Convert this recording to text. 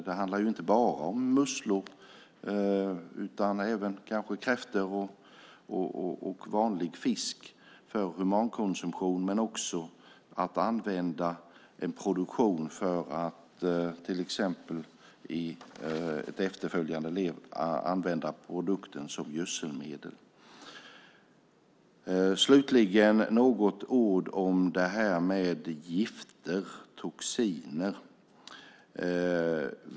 Det handlar inte bara om musslor utan kanske även om kräftor och vanlig fisk för humankonsumtion. Men det handlar också om att använda en produktion för att till exempel i ett efterföljande led använda produkten som gödselmedel. Slutligen ska jag säga något om gifter, toxiner.